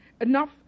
enough